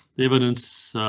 the evidence, ah?